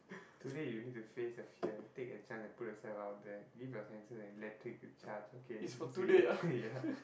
today you need to face the fear take a chance and put yourself out there leave your senses and let it take charge okay this is ya